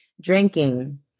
drinking